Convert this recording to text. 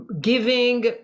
giving